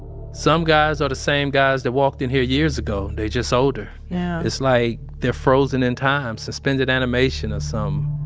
some guys are the same guys that walked in here years ago, and they just older yeah it's like they're frozen in time, suspended animation or something.